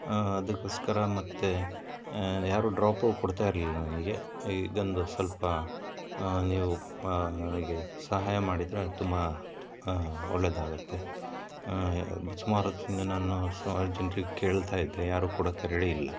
ಅದಕ್ಕೋಸ್ಕರ ಮತ್ತೆ ಯಾರೂ ಡ್ರಾಪು ಕೊಡ್ತಾ ಇರಲಿಲ್ಲ ನನಗೆ ಇದೊಂದು ಸ್ವಲ್ಪ ನೀವು ನನಗೆ ಸಹಾಯ ಮಾಡಿದರೆ ತುಂಬ ಒಳ್ಳೆಯದಾಗುತ್ತೆ ಸುಮಾರು ಹೊತ್ತಿಂದ ನಾನು ಅರ್ಜೆಂಟಿಗೆ ಕೇಳ್ತಾ ಇದ್ದೆ ಯಾರೂ ಕೊಡಕ್ಕೆ ರೆಡಿ ಇಲ್ಲ